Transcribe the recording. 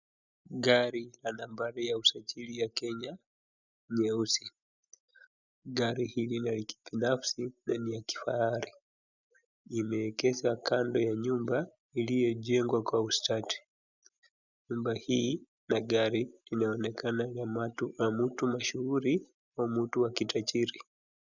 Gari na nambari ya usajili ya Kenya nyeusi, gari hili ni la kibinafsi na ni ya kifahari. Imeegeshwa kando ya nyumba iliyejengwa kwa ustadi. Nyumba hii na gari inaonekana na mtu mashuhuri au mtu wa kitajiri.